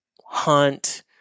hunt